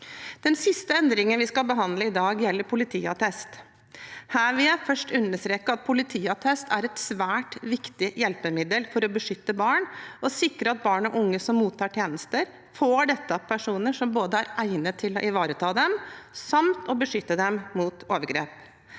Den siste endringen vi skal behandle i dag, gjelder politiattest. Jeg vil først understreke at politiattest er et svært viktig hjelpemiddel for å beskytte barn og sikre at barn og unge som mottar tjenester, får det av personer som både er egnet til å ivareta dem og kan beskytte dem mot overgrep.